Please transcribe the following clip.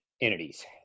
entities